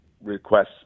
requests